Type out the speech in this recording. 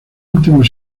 últimos